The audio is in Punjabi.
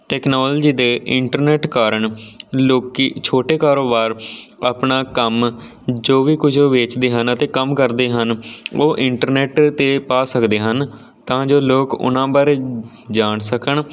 ਟੈਕਨੋਲਜੀ ਦੇ ਇੰਟਰਨੈੱਟ ਕਾਰਨ ਲੋਕ ਛੋਟੇ ਕਾਰੋਬਾਰ ਆਪਣਾ ਕੰਮ ਜੋ ਵੀ ਕੁਝ ਉਹ ਵੇਚਦੇ ਹਨ ਅਤੇ ਕੰਮ ਕਰਦੇ ਹਨ ਉਹ ਇੰਟਰਨੈੱਟ 'ਤੇ ਪਾ ਸਕਦੇ ਹਨ ਤਾਂ ਜੋ ਲੋਕ ਉਹਨਾਂ ਬਾਰੇ ਜਾਣ ਸਕਣ